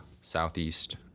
southeast